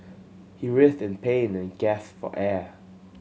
he writhed in pain and gasped for air